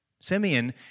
Simeon